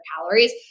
calories